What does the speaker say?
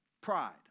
pride